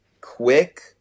Quick